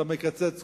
אתה מקצץ בכוח-אדם,